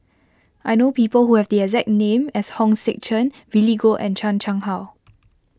I know people who have the exact name as Hong Sek Chern Billy Koh and Chan Chang How